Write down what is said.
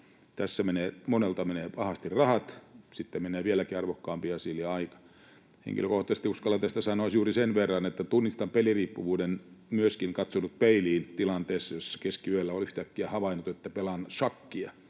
Tässä monelta menevät pahasti rahat, sitten menee vieläkin arvokkaampi asia eli aika. Henkilökohtaisesti uskallan tästä sanoa juuri sen verran, että tunnistan peliriippuvuuden. Olen myöskin katsonut peiliin tilanteessa, jossa keskiyöllä olen yhtäkkiä havainnut, että pelaan šakkia,